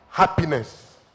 happiness